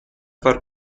far